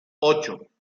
ocho